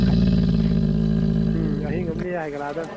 ꯍꯩ ꯎꯝ ꯑꯍꯤꯡ ꯑꯃ ꯂꯦꯛꯑꯒ ꯍꯥꯏꯒꯠꯂꯛꯑꯗꯃꯤ